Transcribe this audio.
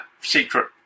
secret